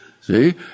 See